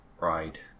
Right